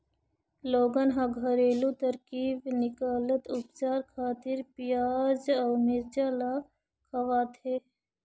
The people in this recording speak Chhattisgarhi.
लोगन ह घरेलू तरकीब निकालत उपचार खातिर पियाज अउ मिरचा ल खवाथे